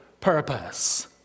purpose